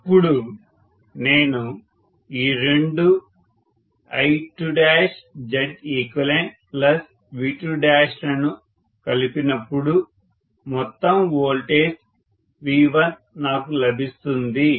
ఇప్పుడు నేను ఈ రెండు I2ZeqV2లను కలిపినప్పుడు మొత్తం వోల్టేజ్ V1 నాకు లభిస్తుంది